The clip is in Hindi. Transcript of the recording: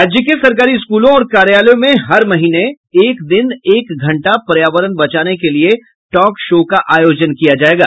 राज्य के सरकारी स्कूलों और कार्यालयों में हर महीने एक दिन एक घंटा पर्यावरण बचाने के लिये टॉक शो होगा